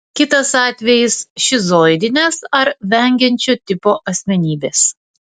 kitas atvejis šizoidinės ar vengiančio tipo asmenybės